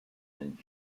saint